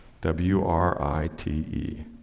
W-R-I-T-E